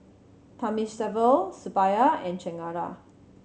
Thamizhavel Suppiah and Chengara